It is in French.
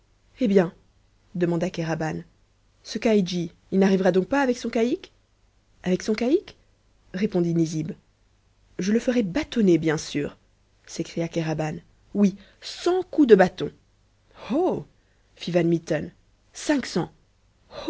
eh bien demanda kéraban ce caïdji il n'arrivera donc pas avec son caïque avec son caïque répondit nizib je le ferai bastonner bien sûr s'écria kéraban oui cent coups de bâton oh